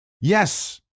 Yes